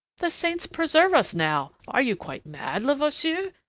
the saints preserve us now! are you quite mad, levasseur?